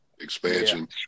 expansion